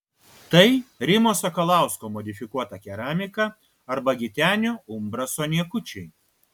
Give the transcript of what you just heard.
tai rimo sakalausko modifikuota keramika arba gitenio umbraso niekučiai